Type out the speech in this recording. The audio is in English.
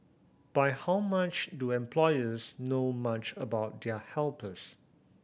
but how much do employers know much about their helpers